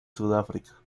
sudáfrica